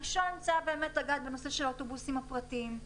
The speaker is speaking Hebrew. הראשון, נושא של האוטובוסים הפרטיים.